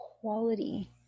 quality